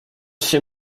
się